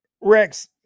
Rex